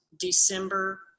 December